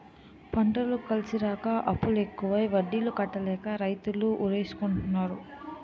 పంటలు కలిసిరాక అప్పులు ఎక్కువై వడ్డీలు కట్టలేక రైతులు ఉరేసుకుంటన్నారు